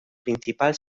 principal